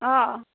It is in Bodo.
अ'